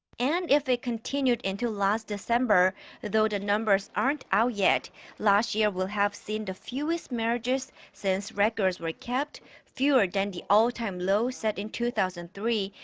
and if it continued into last december though the numbers aren't out yet last year will have seen the fewest marriages since records were kept fewer than the all-time low set in two thousand and three.